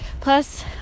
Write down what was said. plus